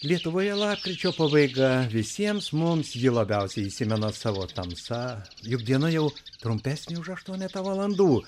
lietuvoje lapkričio pabaiga visiems mums ji labiausiai įsimena savo tamsa juk diena jau trumpesnė už aštuonetą valandų